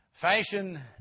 Fashion